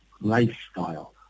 lifestyle